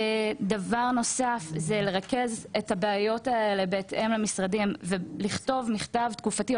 דבר נוסף זה לרכז את הבעיות האלה בהתאם למשרדים ולכתוב מכתב תקופתי,